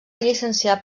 llicenciar